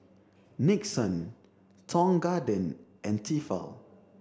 Nixon Tong Garden and Tefal